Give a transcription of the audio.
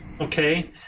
Okay